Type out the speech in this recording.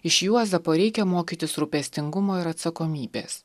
iš juozapo reikia mokytis rūpestingumo ir atsakomybės